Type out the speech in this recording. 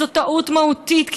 וזו טעות מהותית,